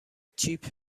چیپ